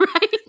Right